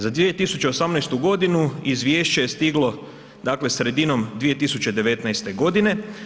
Za 2018. godinu izvješće je stiglo sredinom 2019. godine.